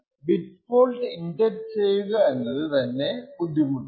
bit fault inject ചെയ്യുക എന്നത് തന്നെ ബുദ്ധിമുട്ടാണ്